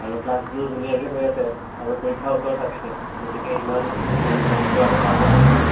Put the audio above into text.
আৰু ক্লাছবোৰো ধুনীয়াকৈ হৈ আছে আৰু পৰীক্ষা ওচৰ চাপিছে গতিকে ইমান স্কুল খতি কৰাটো ভাল কথা নহয়